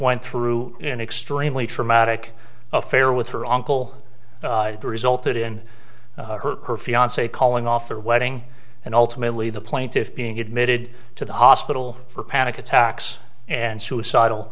went through an extremely traumatic affair with her uncle resulted in her fiance calling off her wedding and ultimately the plaintiff's being admitted to the hospital for panic attacks and suicidal